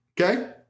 Okay